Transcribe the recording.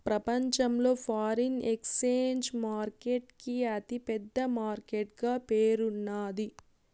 ప్రపంచంలో foreign exchange market కి అతి పెద్ద మార్కెట్ గా పేరున్నాది